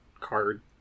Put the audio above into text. card